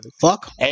Fuck